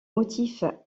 motifs